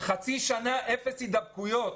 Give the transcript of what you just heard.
חצי שנה אפס הידבקויות.